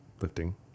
lifting